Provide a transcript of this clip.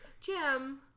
Jim